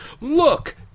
Look